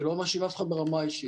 אני לא מאשים אף אחד ברמה האישית,